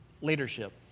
leadership